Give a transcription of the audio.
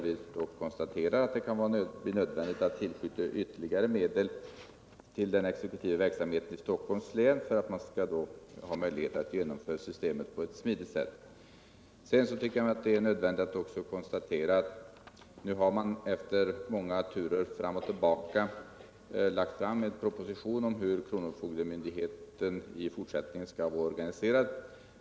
Vi konstaterar att det kan bli nödvändigt att tillskjuta ytterligare medel till den exekutiva verksamheten i Stockholms län för att man skall ha möjlighet att genomföra systemet på ett smidigt sätt. Den tredje saken är att regeringen nu efter många utredningar lagt fram en proposition om hur kronofogdemyndigheten i fortsättningen skall vara organiserad.